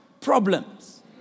problems